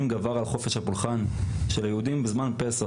גבר על חופש הפולחן של היהודים בזמן פסח.